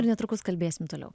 netrukus kalbėsim toliau